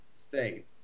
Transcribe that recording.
state